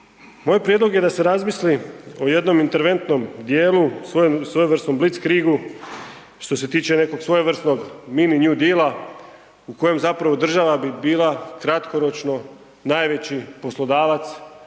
Moj prijedlog je da se razmisli o jednom interventnom dijelu svojevrsnom blitzkriegu što se tiče nekog svojevrsnog mini new deal u kojem zapravo država bi bila kratkoročno najveći poslodavac